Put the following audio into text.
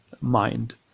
mind